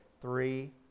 three